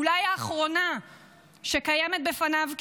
אולי האחרונה שקיימת בפניו,